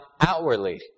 outwardly